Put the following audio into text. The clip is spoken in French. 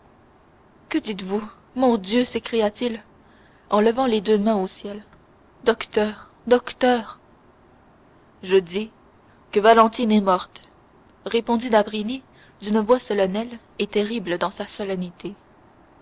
que dites-vous mon dieu s'écria-t-il en levant les deux mains au ciel docteur docteur je dis que valentine est morte répondit d'avrigny d'une voix solennelle et terrible dans sa solennité